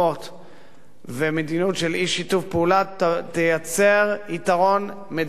ומדיניות של אי-שיתוף פעולה תייצר יתרון מדיני למדינת ישראל.